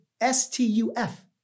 S-T-U-F